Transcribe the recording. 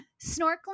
Snorkeling